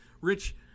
Rich